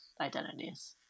identities